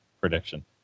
prediction